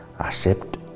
accept